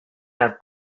have